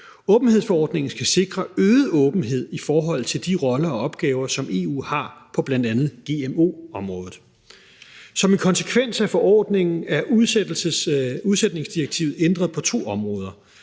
Åbenhedsforordningen skal sikre øget åbenhed i forhold til de roller og opgaver, som EU har på bl.a. gmo-området. Som en konsekvens af forordningen er udsætningsdirektivet ændret på to områder.